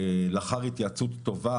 לאחר התייעצות טובה,